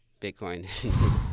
Bitcoin